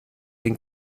den